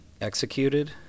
executed